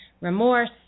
remorse